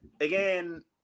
Again